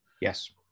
Yes